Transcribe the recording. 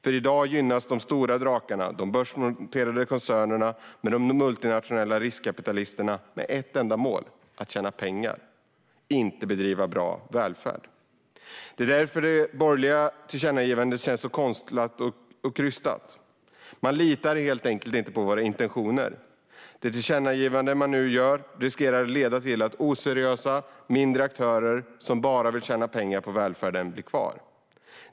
I dag gynnas de stora drakarna, de börsnoterade koncernerna med de multinationella riskkapitalisterna med ett enda mål: att tjäna pengar, inte bedriva bra välfärd. Det är därför som det borgerliga tillkännagivandet känns så konstlat och krystat. Man litar helt enkelt inte på våra intentioner. Det tillkännagivande som man nu gör riskerar att leda till att oseriösa mindre aktörer som bara vill tjäna pengar på välfärden blir kvar.